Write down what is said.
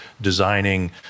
designing